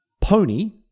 pony